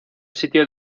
sitio